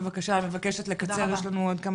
בבקשה מבקשת לקצר כי יש לנו עוד כמה